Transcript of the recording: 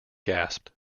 gasped